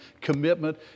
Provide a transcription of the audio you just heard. commitment